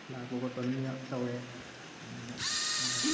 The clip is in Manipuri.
ꯂꯥꯛꯄ ꯈꯣꯠꯄ ꯑꯗꯨꯝ ꯇꯧꯋꯦ ꯑꯗꯨꯃꯥꯏꯅ ꯍꯥꯏ